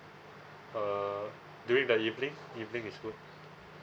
uh during the evening you think it's good